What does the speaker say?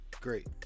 great